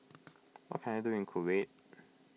what can I do in Kuwait